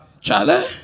Charlie